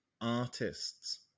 artists